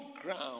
ground